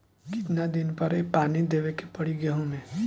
कितना दिन पर पानी देवे के पड़ी गहु में?